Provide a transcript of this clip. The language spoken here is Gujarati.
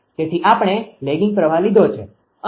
તેથી આપણે લેગિંગ પ્રવાહ લીધો છે